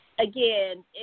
Again